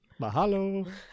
mahalo